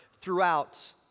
throughout